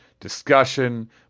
discussion